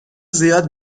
زیاد